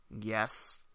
yes